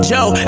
Joe